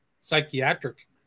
psychiatric